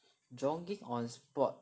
jogging on the spot